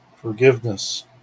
forgiveness